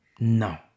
No